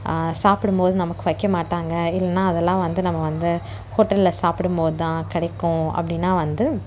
சாப்பிடும்போது நமக்கு வைக்கமாட்டாங்க இல்லைன்னா அதெல்லாம் வந்து நம்ம வந்து ஹோட்டலில் சாப்பிடும் போதுதான் கிடைக்கும் அப்படின்னா வந்து